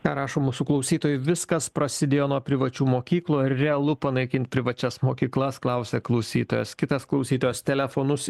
ką rašo mūsų klausytojai viskas prasidėjo nuo privačių mokyklų ar realu panaikint privačias mokyklas klausia klausytojas kitas klausytojas telefonus